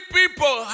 people